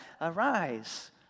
Arise